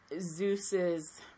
Zeus's